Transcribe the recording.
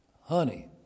honey